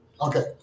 okay